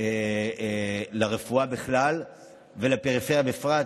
לרפואה בכלל ולפריפריה בפרט,